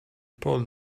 paul